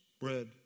bread